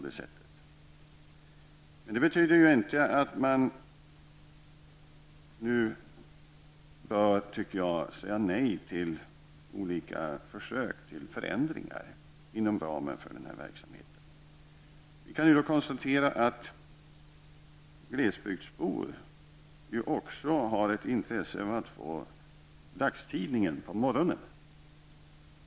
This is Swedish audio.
Detta betyder inte, tycker jag, att man nu bör säga nej till olika försök till förändringar inom ramen för den här verksamheten. Vi kan konstatera att glesbygdsbor också har intresse av att få dagstidningen på morgonen.